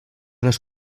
les